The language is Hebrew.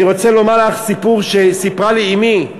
אני רוצה לומר לך סיפור שסיפרה לי אימא,